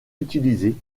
utilisé